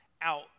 out